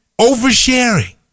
oversharing